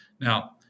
Now